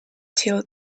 till